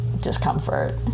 discomfort